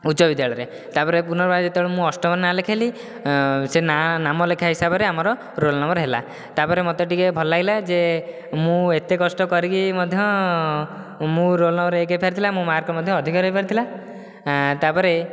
ଉଚ୍ଚ ବିଦ୍ୟାଳୟରେ ତାପରେ ପୁନର୍ବାର ଯେତେବେଳେ ମୁଁ ଅଷ୍ଟମରେ ନାଁ ଲେଖାଇଲି ସେ ନାଁ ନାମଲେଖା ହିସାବରେ ଆମର ରୋଲ ନମ୍ବର ହେଲା ତାପରେ ମୋତେ ଟିକେ ଭଲ ଲାଗିଲା ଯେ ମୁଁ ଏତେ କଷ୍ଟ କରିକି ମଧ୍ୟ ମୁଁ ରୋଲ ନମ୍ବର ଏକ ହୋଇପାରିଥାନ୍ତା ମାର୍କ ମଧ୍ୟ ରହିପାରିଥିଲା ତାପରେ